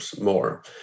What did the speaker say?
more